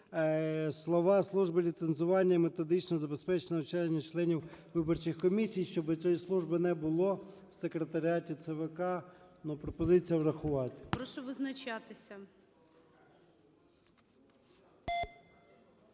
слова "служби ліцензування методичного забезпечення навчання членів виборчих комісій", щоби цієї служби не було в секретаріаті ЦВК. Но пропозиція врахувати.